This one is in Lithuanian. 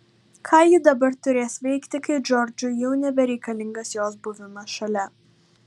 ką ji dabar turės veikti kai džordžui jau nebereikalingas jos buvimas šalia